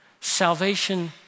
Salvation